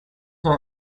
her